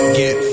get